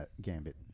Gambit